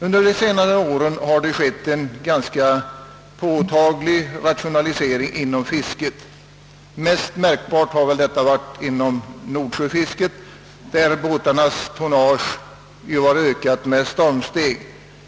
Under de senare åren har en ganska påtaglig rationalisering ägt rum inom fisket. Mest märkbart har väl detta varit inom nordsjöfisket, där båtarnas tonnage har ökat med stormsteg.